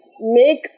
Make